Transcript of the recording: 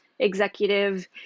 executive